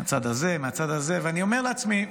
מהצד הזה, מהצד הזה, ואני אומר לעצמי: